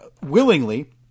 willingly